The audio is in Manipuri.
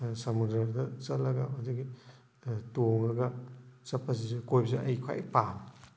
ꯁꯃꯨꯗ꯭ꯔꯗ ꯆꯠꯂꯒ ꯃꯗꯨꯒꯤ ꯇꯣꯡꯉꯒ ꯆꯠꯄꯁꯤꯁꯨ ꯀꯣꯏꯕꯁꯤꯁꯨ ꯑꯩ ꯈ꯭ꯋꯥꯏ ꯄꯥꯝꯃꯤ